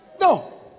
No